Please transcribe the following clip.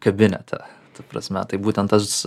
kabinete ta prasme tai būtent tas